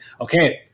okay